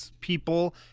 people